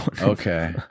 okay